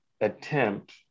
attempt